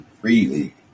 freely